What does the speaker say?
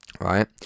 right